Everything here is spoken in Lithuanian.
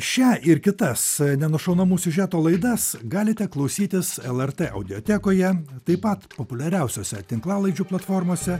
šią ir kitas nenušaunamų siužetų laidas galite klausytis lrt audiotekoje taip pat populiariausiose tinklalaidžių platformose